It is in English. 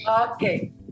okay